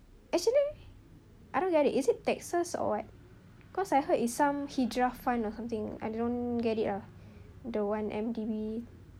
actually I don't get it is it taxes or what cause I heard is some hijrah fund or something I don't get it lah the one_M_D_B